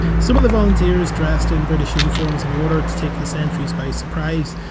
some of the volunteers dressed in british uniforms in order to take the sentries by surprise.